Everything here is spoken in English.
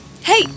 Hey